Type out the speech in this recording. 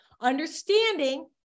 Understanding